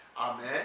Amen